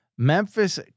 Memphis